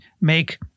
make